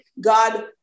God